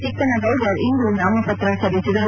ಚಿಕ್ಕನ್ಗೌದರ್ ಇಂದು ನಾಮಪತ್ರ ಸಲ್ಲಿಸಿದರು